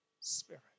Spirit